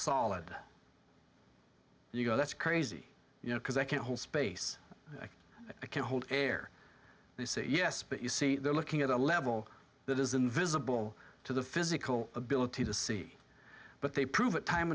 solid you go that's crazy you know because i can hold space it can hold air they say yes but you see they're looking at a level that is invisible to the physical ability to see but they prove it time